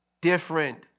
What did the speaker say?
different